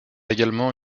également